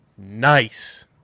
Nice